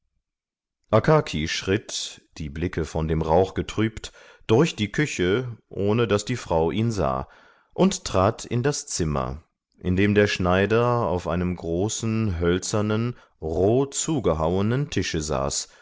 schritt die blicke von dem rauch getrübt durch die küche ohne daß die frau ihn sah und trat in das zimmer in dem der schneider auf einem großen hölzernen roh zugehauenen tische saß